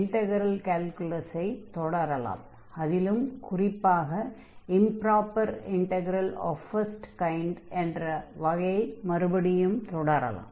integral கால்குலஸை தொடரலாம் அதிலும் குறிப்பாக improper integral of first kind என்ற வகையை மறுபடியும் தொடரலாம்